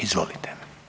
Izvolite.